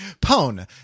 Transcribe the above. Pone